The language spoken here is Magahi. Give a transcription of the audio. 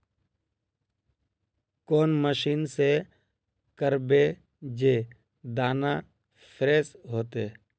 कौन मशीन से करबे जे दाना फ्रेस होते?